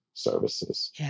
services